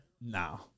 No